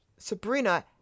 Sabrina